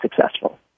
successful